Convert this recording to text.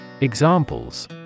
Examples